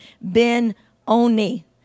Ben-Oni